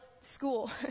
school